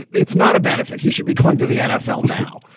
it's not a benefit. he should be going to the nfl now.